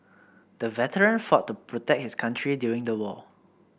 the veteran fought to protect his country during the war